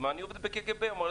אני עובד בקג"ב, הוא אמר.